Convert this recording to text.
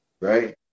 Right